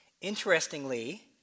Interestingly